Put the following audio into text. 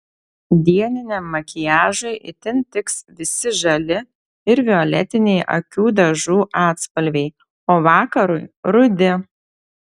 dieniniam makiažui itin tiks visi žali ir violetiniai akių dažų atspalviai o vakarui rudi